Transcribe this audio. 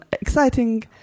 exciting